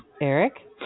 Eric